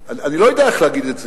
אני לא יודע איך להגיד את זה: